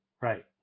right